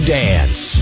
dance